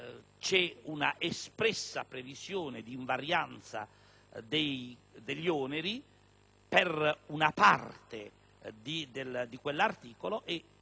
è un'espressa previsione di invarianza degli oneri per una parte di quell'articolo,